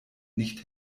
nicht